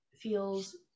feels